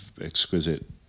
exquisite